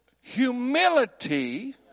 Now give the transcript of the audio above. humility